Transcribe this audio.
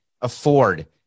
afford